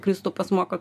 kristupas moko